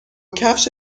کفش